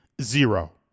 zero